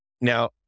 Now